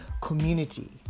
community